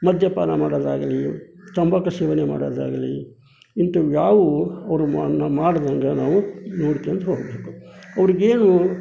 ಮದ್ಯಪಾನ ಮಾಡೋದಾಗಲೀ ತಂಬಾಕು ಸೇವನೆ ಮಾಡೋದಾಗಲೀ ಇಂಥವ್ ಯಾವುವು ಅವರು ಮಾಡು ಮಾಡ್ದಂಗೆ ನಾವು ನೋಡ್ಕೊಂಡ್ ಹೋಗಬೇಕು ಅವರಿಗೇನು